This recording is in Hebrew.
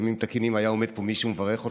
בימים תקינים היה עומד פה מישהו ומברך אותך,